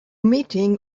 meeting